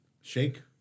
Shake